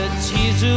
tears